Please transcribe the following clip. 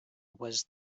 was